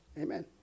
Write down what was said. Amen